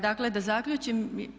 Dakle, da zaključim.